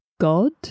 God